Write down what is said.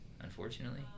unfortunately